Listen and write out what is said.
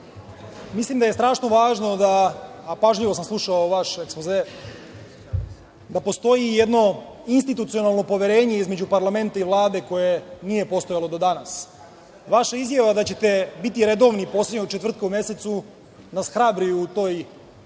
mislim da je strašno važno, a pažljivo sam slušao vaš ekspoze, da postoji jedno institucionalno poverenje između parlamenta i Vlade koje nije postojalo do danas. Vaša izjava da ćete biti redovni poslednjeg četvrtka u mesecu nas hrabri u toj nameri